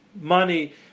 money